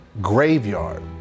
graveyard